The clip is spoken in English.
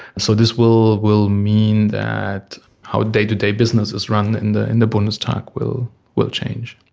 so this will will mean that how day-to-day business is run in the in the bundestag will will change.